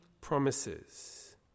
promises